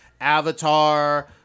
Avatar